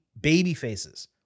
babyfaces